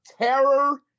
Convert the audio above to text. terror